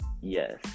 yes